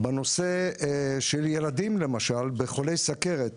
בנושא של ילדים בחולי סכרת למשל,